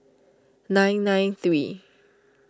nine nine three